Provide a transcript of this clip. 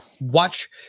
watch